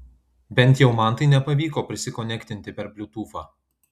bent jau man tai nepavyko prisikonektinti per bliutūfą